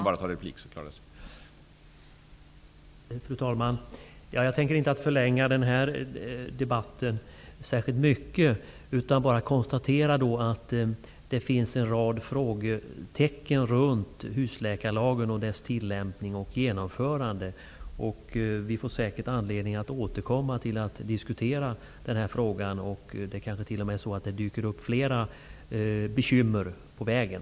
Fru talman! Jag tänker inte förlänga denna debatt särskilt mycket. Jag vill bara konstatera att det finns en rad frågetecken runt husläkarlagen och dess tillämpning och reformens genomförande. Vi får säkert anledning att återkomma till en diskussion om denna fråga. Det kanske t.o.m. dyker upp flera bekymmer på vägen.